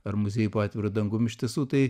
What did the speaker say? ar muziejai po atviru dangum iš tiesų tai